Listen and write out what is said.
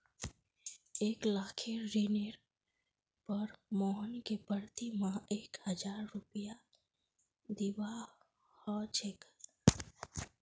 एक लाखेर ऋनेर पर मोहनके प्रति माह एक हजार रुपया दीबा ह छेक